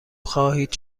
خواهید